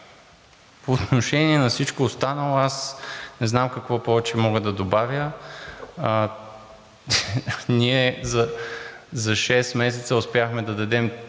По отношение на всичко останало аз не знам какво повече мога да добавя. Ние за шест месеца успяхме да дадем